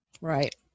Right